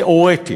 תיאורטיים.